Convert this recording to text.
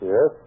Yes